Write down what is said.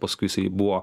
paskui jisai buvo